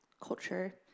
culture